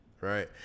right